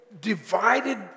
Divided